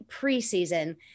preseason